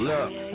Love